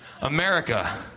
America